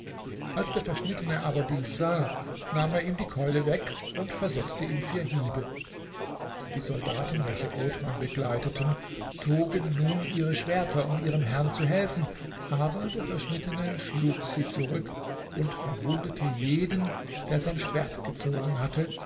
als der verschnittene aber dies sah nahm er ihm die keule weg und versetzte ihm vier hiebe die soldaten welche othman begleiteten zogen nun ihre schwerter um ihrem herrn zu helfen aber der verschnittene schlug sie zurück und verwundete jeden der sein schwert gezogen hatte